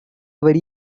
your